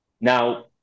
now